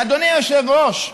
ואדוני היושב-ראש,